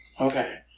Okay